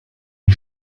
die